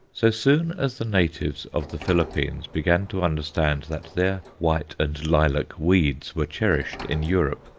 so soon as the natives of the philippines began to understand that their white and lilac weeds were cherished in europe,